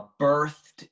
birthed